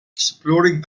exploring